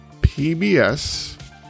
PBS